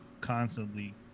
constantly